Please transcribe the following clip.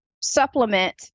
supplement